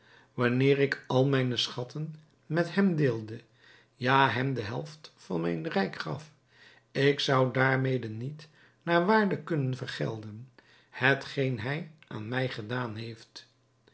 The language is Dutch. wanneer ik al mijne schatten met hem deelde ja hem de helft van mijn rijk gaf ik zou daarmede niet naar waarde kunnen vergelden hetgeen hij aan mij gedaan heeft